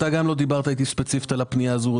אתה גם לא דיברת איתי ספציפית על הפנייה הזאת.